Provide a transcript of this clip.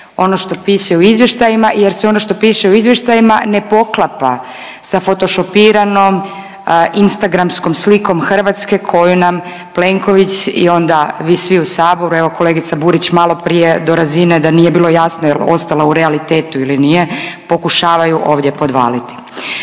ono što piše u izvještajima, jer sve ono što piše u izvještajima ne poklapa sa fotošopiranom instagramskom slikom Hrvatske koju nam Plenković i onda vi svi u saboru, evo kolegica Burić maloprije do razine da nije bilo jasno jel ostala u realitetu ili nije, pokušavaju ovdje podvaliti.